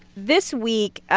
this week, ah